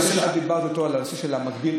את דיברת איתי אתמול על הנושא של מקביל-תחבורה,